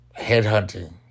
headhunting